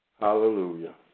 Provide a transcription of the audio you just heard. Hallelujah